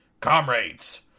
Comrades